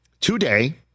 today